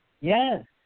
Yes